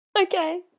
Okay